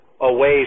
away